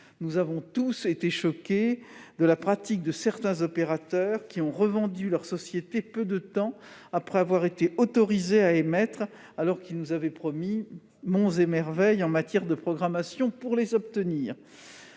Nous avons tous été choqués de la pratique de certains opérateurs, qui ont revendu leur société peu de temps après avoir été autorisés à émettre, alors qu'ils nous avaient promis monts et merveilles en matière de programmation pour obtenir